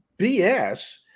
BS